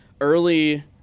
early